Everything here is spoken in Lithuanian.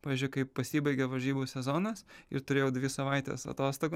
pavyzdžiui kai pasibaigė varžybų sezonas ir turėjau dvi savaites atostogų